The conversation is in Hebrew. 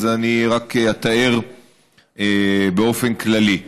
אז אני רק אתאר באופן כללי.